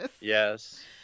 Yes